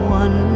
one